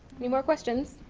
anymore questions?